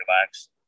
relax